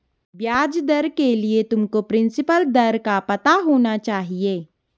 ब्याज दर के लिए तुमको प्रिंसिपल दर का पता होना चाहिए